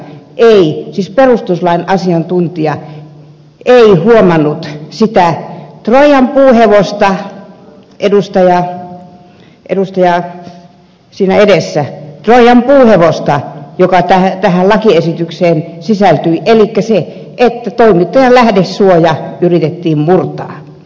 yksikään perustuslain asiantuntija ei huomannut sitä troijan puuhevosta joka tähän lakiesitykseen sisältyi elikkä sitä että toimittajan lähdesuoja yritettiin murtaa